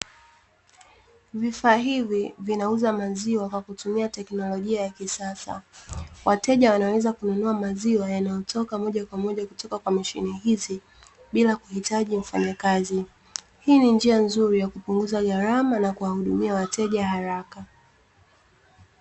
Vifaa hivi vinauza maziwa kwa kutumia teknolojia ya kisasa, wateja wanaweza kununua maziwa yanayotoka moja kwa moja kutoka kwa machine hizi bila kuhitaji mfanyakazi, hii ni njia nzuri ya kupunguza gharama na kuwahudumia wateja haraka .